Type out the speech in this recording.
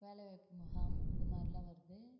வேலை வாய்ப்பு முகாம் இது மாதிரிலா வருது